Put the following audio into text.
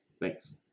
thanks